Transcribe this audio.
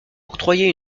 octroyé